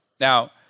Now